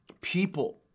people